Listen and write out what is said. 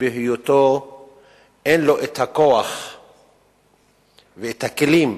ואין לו הכוח והכלים